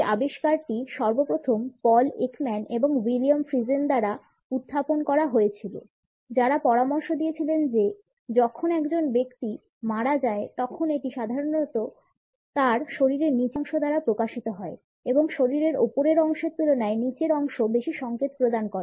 এই আবিষ্কারটি সর্বপ্রথম পল একম্যান এবং উইলিয়াম ফ্রিজেন দ্বারা উত্থাপন করা হয়েছিল যারা পরামর্শ দিয়েছিলেন যে যখন একজন ব্যক্তি মারা যায় তখন এটি সাধারণত তার শরীরের নীচের অংশ দ্বারা প্রকাশিত হয় এবং শরীরের উপরের অংশের তুলনায় নীচের অংশ বেশী সংকেত প্রদান করে